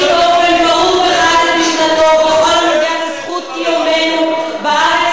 באופן ברור וחד את משנתו בכל הנוגע לזכות קיומנו בארץ